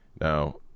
Now